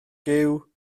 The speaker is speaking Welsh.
giw